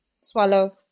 swallow